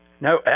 no